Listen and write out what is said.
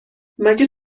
مگه